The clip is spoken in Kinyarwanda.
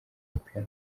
piano